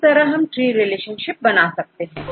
इस तरह हम ट्री रिलेशनशिप बना सकते हैं